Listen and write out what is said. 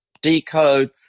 decode